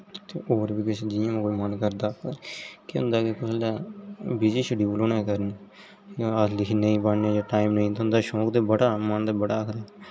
ओर बी किश जियां कूदे मन करदा केह् होंदा कुसलै बिजी शडयूल होने दे कारण अस लिखी नेईं पाने टाइम नेईं थ्होंदा शौंक ते बड़ा मन ते बड़ा